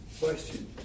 Question